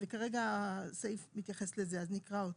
כרגע הסעיף מתייחס לזה, אז נקרא אותו.